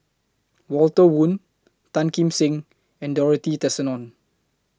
Walter Woon Tan Kim Seng and Dorothy Tessensohn